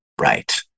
Right